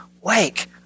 Wake